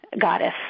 goddess